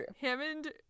Hammond